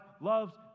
loves